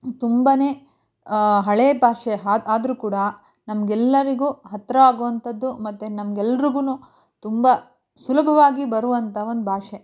ತುಂಬನೇ ಹಳೆ ಭಾಷೆ ಹಾ ಆದ್ರೂ ಕೂಡ ನಮಗೆಲ್ಲರಿಗೂ ಹತ್ತಿರ ಆಗೋಂಥದ್ದು ಮತ್ತು ನಮ್ಗೆಲ್ರಿಗೂ ತುಂಬ ಸುಲಭವಾಗಿ ಬರುವಂಥ ಒಂದು ಭಾಷೆ